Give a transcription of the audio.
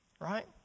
Right